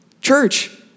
church